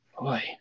boy